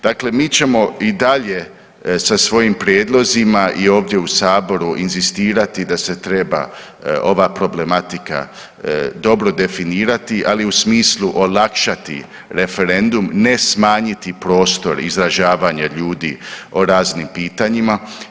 Dakle, mi ćemo i dalje sa svojim prijedlozima i ovdje u saboru inzistirati da se treba ova problematika dobro definirati, ali u smislu olakšati referendum, ne smanjiti prostor izražavanja ljudi o raznim pitanjima.